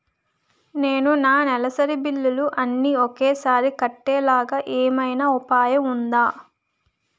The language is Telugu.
నేను నా నెలసరి బిల్లులు అన్ని ఒకేసారి కట్టేలాగా ఏమైనా ఉపాయం ఉందా?